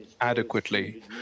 adequately